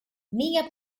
minha